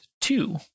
Two